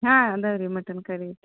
ಹಾಂ ಅದಾವೆ ರೀ ಮಟನ್ ಕರಿ ಐತೆ